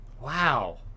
Wow